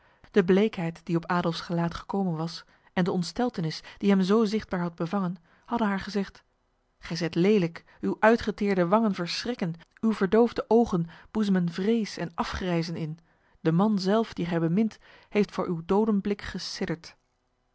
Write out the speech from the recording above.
de bleekheid die op adolfs gelaat gekomen was en de ontsteltenis die hem zo zichtbaar had bevangen hadden haar gezegd gij zijt lelijk uw uitgeteerde wangen verschrikken uw verdoofde ogen boezemen vrees en afgrijzen in de man zelf die gij bemint heeft voor uw dodenblik